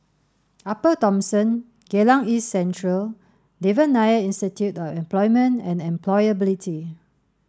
Upper Thomson Geylang East Central and Devan Nair Institute of Employment and Employability